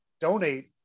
donate